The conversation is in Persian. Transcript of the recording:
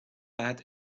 بعد